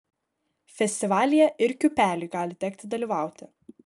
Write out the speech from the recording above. festivalyje ir kiūpeliui gali tekti dalyvauti